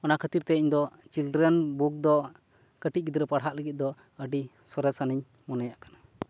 ᱚᱱᱟ ᱠᱷᱟᱹᱛᱤᱨ ᱛᱮ ᱤᱧ ᱫᱚ ᱪᱤᱞᱰᱨᱮᱱ ᱵᱩᱠ ᱫᱚ ᱠᱟᱹᱴᱤᱡ ᱜᱤᱫᱽᱨᱟᱹ ᱯᱟᱲᱦᱟᱜ ᱞᱟᱹᱜᱤᱫ ᱫᱚ ᱟᱹᱰᱤ ᱥᱚᱨᱮᱥ ᱟᱱᱤᱧ ᱢᱚᱱᱮᱭᱟᱜ ᱠᱟᱱᱟ